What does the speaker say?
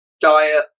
diet